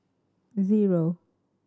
zero